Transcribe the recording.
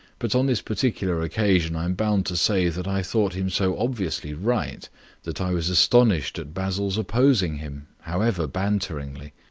but on this particular occasion i am bound to say that i thought him so obviously right that i was astounded at basil's opposing him, however banteringly.